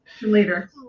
later